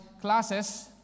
classes